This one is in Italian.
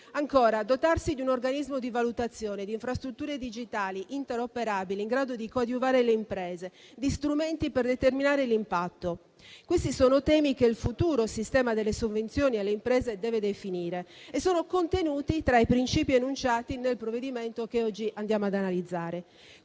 Ancora, dotarsi di un organismo di valutazione, di infrastrutture digitali interoperabili in grado di coadiuvare le imprese, di strumenti per determinare l'impatto: questi sono temi che il futuro sistema delle sovvenzioni alle imprese deve definire e sono contenuti tra i principi enunciati nel provvedimento che oggi andiamo ad analizzare.